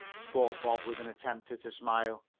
spoke bob, with an attempt at a smile.